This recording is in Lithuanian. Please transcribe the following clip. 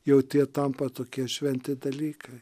jau tie tampa tokie šventi dalykai